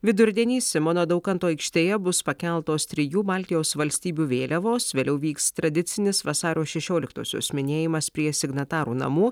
vidurdienį simono daukanto aikštėje bus pakeltos trijų baltijos valstybių vėliavos vėliau vyks tradicinis vasario šešioliktosios minėjimas prie signatarų namų